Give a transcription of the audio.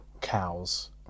cows